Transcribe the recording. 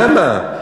למה?